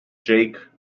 jake